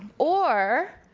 or,